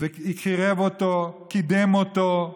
קירב אותו, קידם אותו,